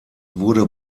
wurde